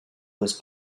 was